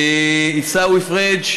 עיסאווי פריג',